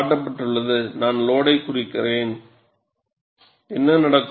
நான் லோடை குறைக்கிறேன் என்ன நடக்கும்